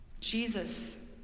Jesus